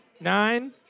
nine